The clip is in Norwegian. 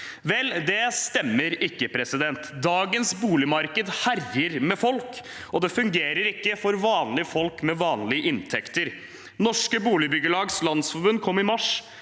Vel, det stemmer ikke. Dagens boligmarked herjer med folk, og det fungerer ikke for vanlige folk med vanlige inntekter. Norske Boligbyggelags Landsforbund kom i mars